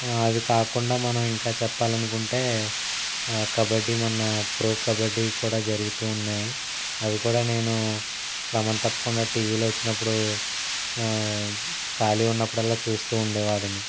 అవి కాకుండా మనం ఇంకా చెప్పాలనుకుంటే కబడ్డీ మొన్న ప్రో కబడ్డీ కూడా జరుగుతూ ఉన్నాయి అవి కూడా నేను క్రమం తప్పకుండా టీవీలో వచ్చినప్పుడు ఖాళీ ఉన్నప్పుడల్లా చూస్తూ ఉండేవాడిని